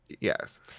Yes